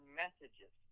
messages